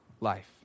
life